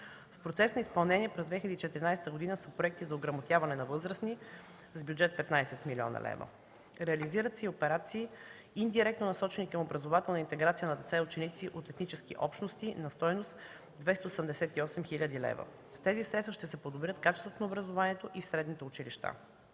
В процес на изпълнение през 2014 г. са проекти за ограмотяване на възрастни с бюджет 15 млн. лв. Реализират се и операции, индиректно насочени към образователна интеграция на деца и ученици от етнически общности на стойност 288 хил. лв. С тези средства ще се подобри качеството на образованието в средните училища.